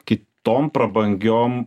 kitom prabangiom